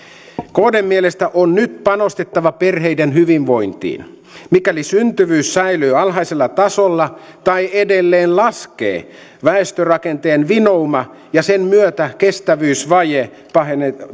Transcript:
kdn mielestä on nyt panostettava perheiden hyvinvointiin mikäli syntyvyys säilyy alhaisella tasolla tai edelleen laskee väestörakenteen vinouma ja sen myötä kestävyysvaje pahenevat